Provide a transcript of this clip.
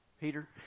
Peter